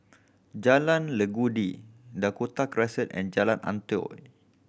Jalan Legundi Dakota Crescent and Jalan Antoi